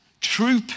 true